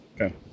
Okay